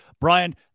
Brian